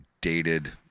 dated